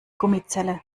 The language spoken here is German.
gummizelle